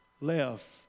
left